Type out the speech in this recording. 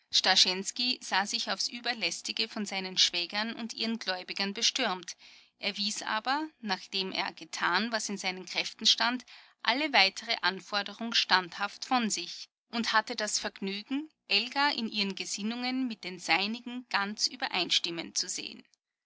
sah sich aufs überlästigste von seinen schwägern und ihren gläubigern bestürmt er wies aber nachdem er getan was in seinen kräften stand alle weitere anforderung standhaft von sich und hatte das vergnügen elgan in ihren gesinnungen mit den seinigen ganz übereinstimmen zu sehen